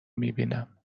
میبینم